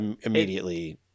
immediately